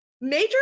major